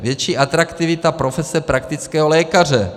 Větší atraktivita profese praktického lékaře.